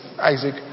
Isaac